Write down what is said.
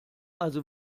also